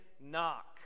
knock